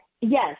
Yes